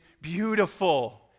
beautiful